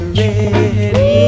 ready